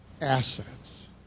assets